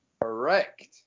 correct